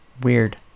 Weird